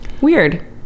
Weird